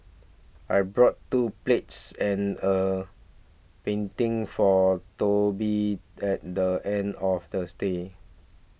I brought two plates and a painting for Toby at the end of the stay